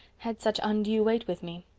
had such undue weight with me.